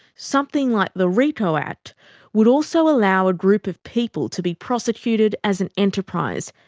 something like the rico act would also allow a group of people to be prosecuted as an enterprise,